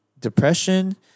depression